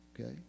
Okay